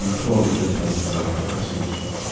um twelve years at pelican bay, isolation.